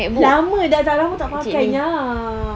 lama dah dah lama tak pakai nyah